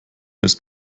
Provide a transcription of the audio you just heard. ist